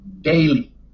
daily